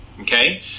okay